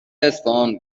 اصفهان